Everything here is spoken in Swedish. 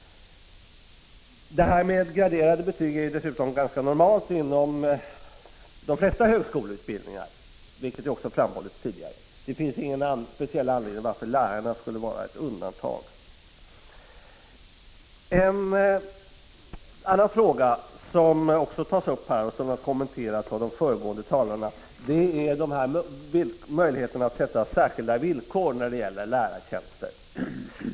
Detta med graderade betyg är dessutom normalt inom de flesta högskoleutbildningar, vilket också har framhållits tidigare. Det finns ingen speciell anledning att göra undantag för lärarna. En annan fråga som också har kommenterats av de föregående talarna är möjligheten att ställa särskilda villkor när det gäller lärartjänster.